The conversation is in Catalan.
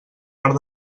part